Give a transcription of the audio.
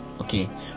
okay